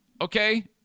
Okay